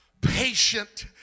patient